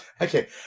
okay